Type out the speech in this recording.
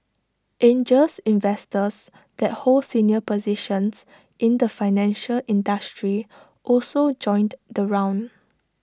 angel investors that hold senior positions in the financial industry also joined the round